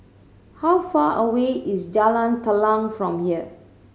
how far away is Jalan Telang from here